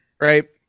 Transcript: right